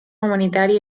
humanitària